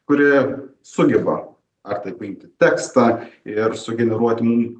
kuri sugeba ar tai paimti tekstą ir sugeneruoti mum